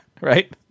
right